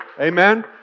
amen